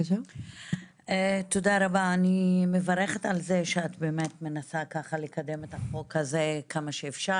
אני מברכת על זה שאת מנסה לקדם את החוק הזה כמה שאפשר.